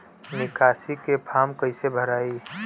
निकासी के फार्म कईसे भराई?